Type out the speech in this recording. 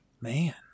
Man